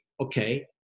okay